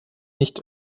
nicht